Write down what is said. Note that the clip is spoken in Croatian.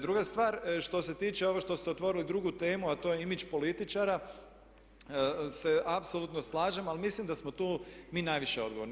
Druga stvar što se tiče ovo što ste otvorili drugu temu a to je image političara se apsolutno slažem, ali mislim da smo tu mi najviše odgovorni.